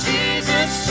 Jesus